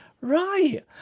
Right